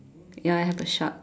ya I have a shark